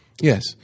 Yes